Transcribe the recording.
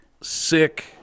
sick